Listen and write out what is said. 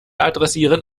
adressieren